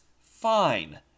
fine